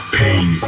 pain